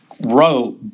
wrote